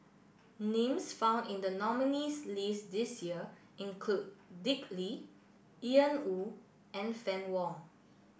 names found in the nominees' list this year include Dick Lee Woo and Fann Wong